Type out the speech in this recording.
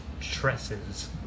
tresses